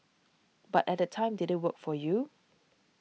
but at that time did it work for you